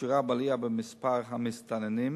"איכילוב" קשורה בעלייה במספר המסתננים,